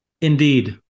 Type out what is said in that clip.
Indeed